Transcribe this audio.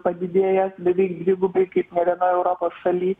padidėjęs beveik dvigubai kaip nė vienoj europos šaly